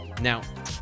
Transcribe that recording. Now